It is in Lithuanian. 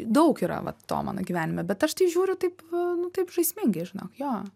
daug yra vat to mano gyvenime bet aš tai žiūriu taip nu taip žaismingai žinok jo